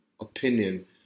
opinion